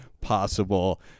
possible